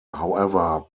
however